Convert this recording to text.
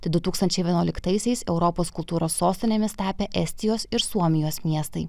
tai du tūkstančiai vienuoliktaisiais europos kultūros sostinėmis tapę estijos ir suomijos miestai